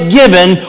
given